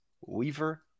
weaver